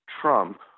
Trump